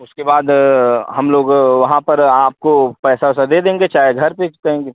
उसके बाद हम लोग वहाँ पर आपको पैसा ओसा दे देंगे चाहे घर पर कहेंगे